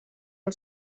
del